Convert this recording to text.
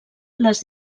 les